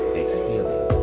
exhaling